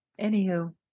Anywho